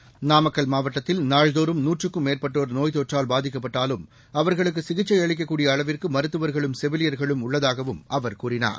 seconds Namakkal மாவட்டத்தில் நாள்தோறும் நுற்றுக்கும் மேற்பட்டோர் நோய்த் தொற்றால் பாதிக்கப்பட்டாலும் அவர்களுக்கு சிகிச்சை அளிக்கக்கூடிய அளவிற்கு மருத்துவர்களும் செவிலியர்களும் உள்ளதாகவும் அவர் கூறினார்